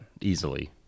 easily